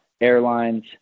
airlines